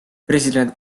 president